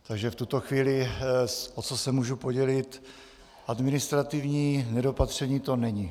Takže v tuto chvíli, o co se můžu podělit, administrativní nedopatření to není.